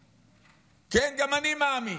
כן, גם אני מאמין,